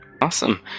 Awesome